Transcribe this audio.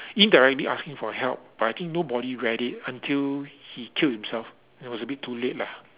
indirectly asking for help but I think nobody read it until he killed himself then it was a bit too late lah